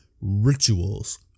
rituals